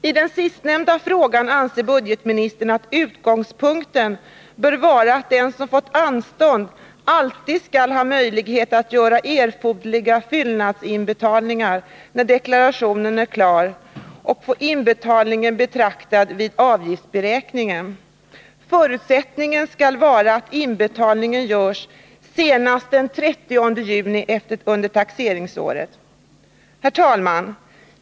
I den sistnämnda frågan anser budgetministern att utgångspunkten bör vara att den som fått anstånd alltid skall ha möjlighet att göra erforderlig fyllnadsinbetalning, när deklarationen är klar, och få inbetalningen beaktad vid avgiftsberäkningen. Förutsättningen skall vara att inbetalningen görs senast den 30 juni under taxeringsåret. Herr talman!